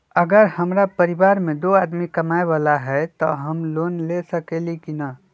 अगर हमरा परिवार में दो आदमी कमाये वाला है त हम लोन ले सकेली की न?